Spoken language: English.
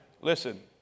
Listen